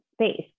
space